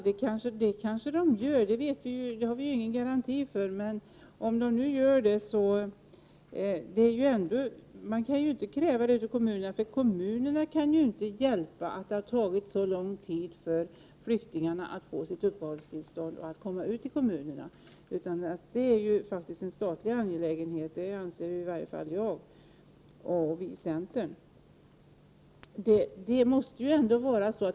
Det kanske de gör, men det har vi ingen garanti för. Detta kan inte krävas av kommunerna. Kommunerna kan ju inte hjälpa att det har tagit så lång tid för flyktingarna att få uppehållstillstånd och att få komma ut i kommunerna. Det är faktiskt en statlig angelägenhet att så sker, anser jag och centern.